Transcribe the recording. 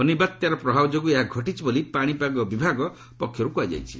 ଫନି ବାତ୍ୟାର ପ୍ରଭାବ ଯୋଗୁଁ ଏହା ଘଟିଛି ବୋଲି ପାଣିପାଗ ବିଭାଗ ପକ୍ଷର୍ତ କୃହାଯାଇଛି